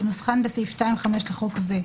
כנוסחן בסעיף 2(5) לחוק זה,